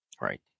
right